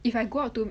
if I go out to